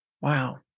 Wow